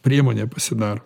priemonė pasidaro